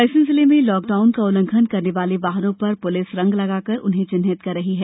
रायसेन जिले में लॉकडाउन का उल्लंघन करने वाले वाहनों पर पुलिस रंग लगाकर उन्हें चिन्हित कर रही है